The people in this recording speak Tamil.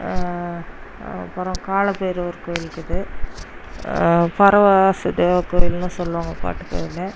அப்புறம் கால பைரவர் கோயில் இருக்குது பரவா சத்யா கோயில்னு சொல்லுவாங்க பாட்டு கோயிலை